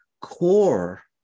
core